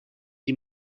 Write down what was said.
die